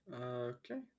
Okay